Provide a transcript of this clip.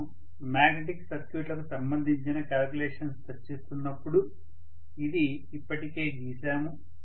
మనము మాగ్నెటిక్ సర్క్యూట్లకు సంబంధించిన క్యాలిక్యులేషన్స్ చర్చిస్తున్నప్పుడు ఇది ఇప్పటికే గీసాము